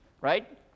right